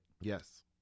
Yes